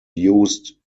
used